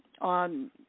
on